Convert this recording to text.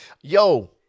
Yo